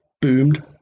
boomed